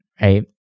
right